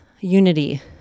unity